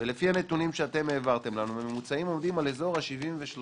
ולפי הנתונים שהעברתם לנו הממוצעים עומדים על אזור ה-73%.